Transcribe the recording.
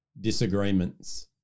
disagreements